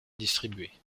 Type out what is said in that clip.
distribuée